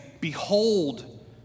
behold